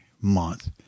month